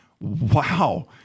Wow